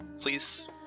please